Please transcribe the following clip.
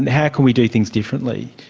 and how can we do things differently?